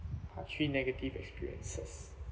part three negative experiences